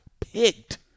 picked